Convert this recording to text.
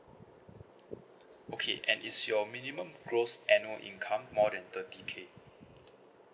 okay and is your minimum gross annual income more than thirty K